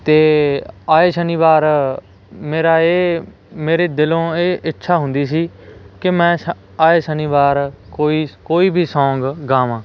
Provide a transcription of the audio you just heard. ਅਤੇ ਆਏ ਸ਼ਨੀਵਾਰ ਮੇਰਾ ਇਹ ਮੇਰੇ ਦਿਲੋਂ ਇਹ ਇੱਛਾ ਹੁੰਦੀ ਸੀ ਕਿ ਮੈਂ ਸ਼ ਆਏ ਸ਼ਨੀਵਾਰ ਕੋਈ ਕੋਈ ਵੀ ਸੌਂਗ ਗਾਵਾਂ